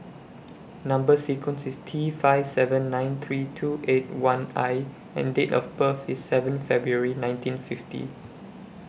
Number sequence IS T five seven nine three two eight one I and Date of birth IS seven February nineteen fifty